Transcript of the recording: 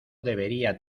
debería